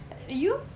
you